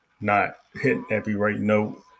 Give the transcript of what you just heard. not-hitting-every-right-note